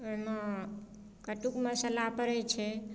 ओहिमे कट्टूके मसाला पड़ैत छै